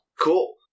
Cool